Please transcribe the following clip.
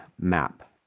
map